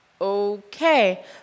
okay